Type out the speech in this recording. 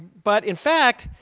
but in fact,